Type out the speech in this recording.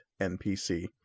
NPC